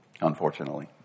unfortunately